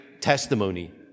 testimony